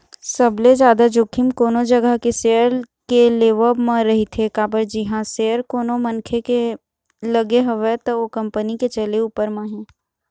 सबले जादा जोखिम कोनो जघा के सेयर के लेवब म रहिथे काबर जिहाँ सेयर कोनो मनखे के लगे हवय त ओ कंपनी के चले ऊपर म हे